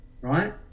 right